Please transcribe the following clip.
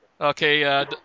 Okay